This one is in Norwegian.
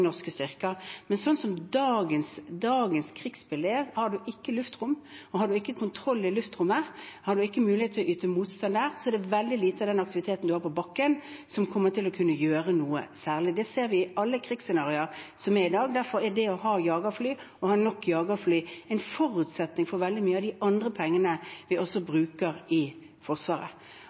norske styrker. Men slik som dagens krigsbilde er, er det veldig lite av den aktiviteten man har på bakken som kommer til å kunne gjøre noe særlig hvis man ikke har kontroll i luftrommet, hvis man ikke har mulighet til å yte motstand der. Det ser vi i alle krigsscenarioer som er i dag. Derfor er det å ha jagerfly og ha nok jagerfly en forutsetning for veldig mye av de andre pengene vi også bruker i forsvaret.